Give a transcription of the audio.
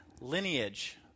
lineage